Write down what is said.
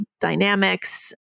dynamics